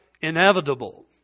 inevitable